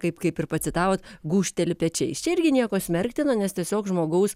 kaip kaip ir pacitavot gūžteli pečiais čia irgi nieko smerktino nes tiesiog žmogaus